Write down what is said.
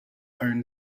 own